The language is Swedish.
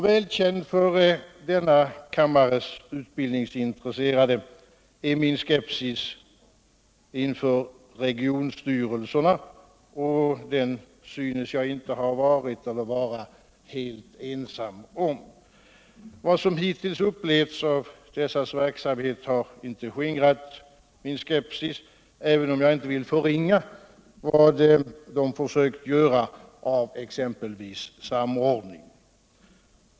Välkänd för denna kammares utbildningsintresserade är min skepsis inför regionstyrelserna — och den synes jag inte ha varit eller vara helt ensam om. Vad som hittills upplevts av dessas verksamhet har inte skingrat min skepsis, även om jag inte vill förringa vad de försökt göra av exempelvis samordningen.